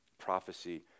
prophecy